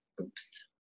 Oops